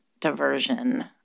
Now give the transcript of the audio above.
diversion